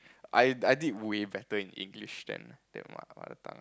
I I did way better in English than than my mother tongue